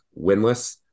winless